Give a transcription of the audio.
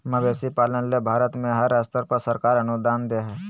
मवेशी पालन ले भारत में हर स्तर पर सरकार अनुदान दे हई